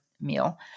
meal